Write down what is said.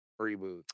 Reboot